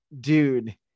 dude